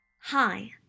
Hi